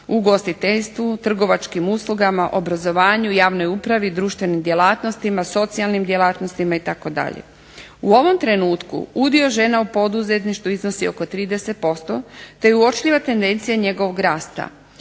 a ugostiteljstvu, trgovačkim uslugama, obrazovanju, javnoj upravi, društvenim djelatnostima, socijalnim djelatnostima itd. U ovom trenutku udio žena u poduzetništvu iznosi oko 30% te uočljiva tendencija njegovog rasta.